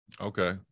Okay